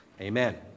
Amen